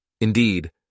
Indeed